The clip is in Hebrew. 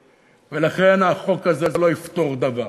לכן, החוק הזה לא יפתור דבר,